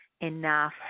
enough